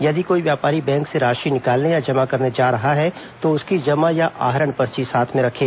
यदि कोई व्यापारी बैंक से राशि निकालने या जमा करने जा रहा है तो उसकी जमा या आहरण पर्ची साथ में रखें